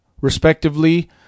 respectively